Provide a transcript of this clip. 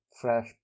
fresh